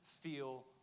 feel